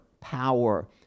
Power